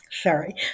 sorry